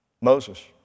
Moses